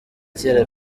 kera